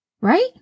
Right